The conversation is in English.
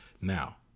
Now